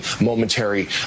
momentary